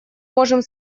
можем